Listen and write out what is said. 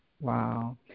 Wow